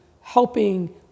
helping